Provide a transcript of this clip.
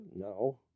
No